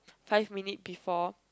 five minute before